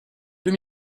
deux